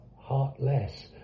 heartless